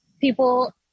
people